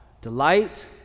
delight